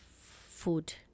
food